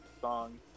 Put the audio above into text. song